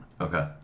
Okay